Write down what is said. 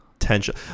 tension